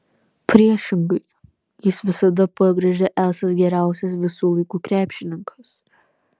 priešingai jis visada pabrėžia esąs geriausias visų laikų krepšininkas